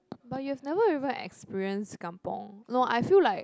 but you've never even experience kampung no I feel like